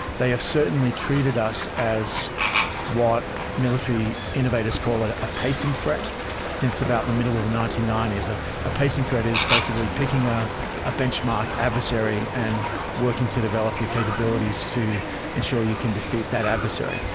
they have certainly treated us as what military innovators call it, a pacing threat since about the middle of the nineteen ninety s. ah a pacing threat is basically picking ah a benchmark adversary and working to develop your capabilities to ensure you can defeat that adversary,